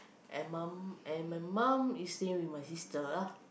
and mum and my mum is staying with my sister